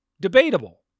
debatable